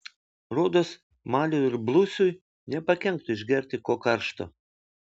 rodos maliui ir blusiui nepakenktų išgerti ko karšto